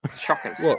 shockers